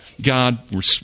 God